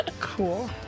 Cool